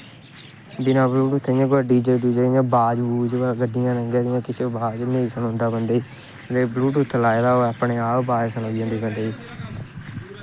बिना ब्लयूटुथ दा कुदै डी जे डूजे अवाज होऐ गड्डियें दी किश अवाज नेईं सनोंदा बंदे गी ब्लयूटुथ लाए दा होऐ अपने आप अवाज सनोई जंदी बंदे गी